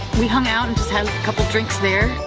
we hung out and just had a couple drinks there.